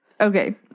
Okay